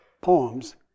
poems